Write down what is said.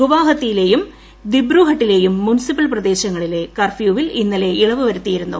ഗുവാഹാതിയിലെയും ദിബ്രുഘട്ടിലെ മുനിസിപ്പൽ പ്രദേശങ്ങളിൽ കർഫ്യൂവിൽ ഇന്നലെ ഇളവ് വരുത്തിയിരുന്നു